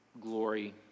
glory